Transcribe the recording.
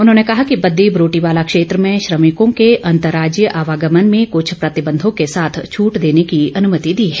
उन्होंने कहा कि बद्दी बरोटीवाला क्षेत्र में श्रमिकों के अंतर्राज्यीय आवागमन में कुछ प्रतिबंधों के साथ छूट देने की अनुमति दी है